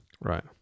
Right